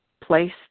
place